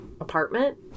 apartment